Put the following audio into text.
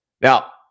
Now